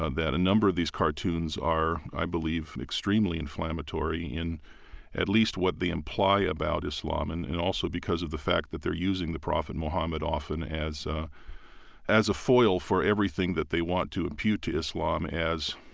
and that a number of these cartoons are, i believe, extremely inflammatory in at least what they imply about islam, and and also because of the fact that they're using the prophet muhammad, often as ah as a foil for everything that they want to impute to islam as,